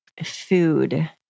food